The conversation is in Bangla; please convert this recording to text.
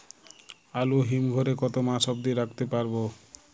আলু হিম ঘরে কতো মাস অব্দি রাখতে পারবো?